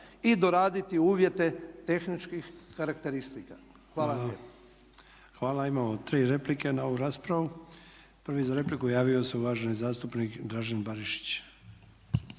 i doraditi uvjete tehničkih karakteristika. Hvala vam lijepo. **Sanader, Ante (HDZ)** Hvala. Imamo tri replike na ovu raspravu. Prvi za repliku javio se uvaženi zastupnik Dražen Barišić.